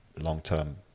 Long-term